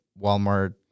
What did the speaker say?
Walmart